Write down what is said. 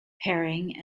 herring